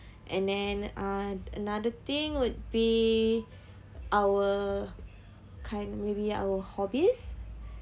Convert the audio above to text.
and then uh another thing would be our kind maybe our hobbies